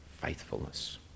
Faithfulness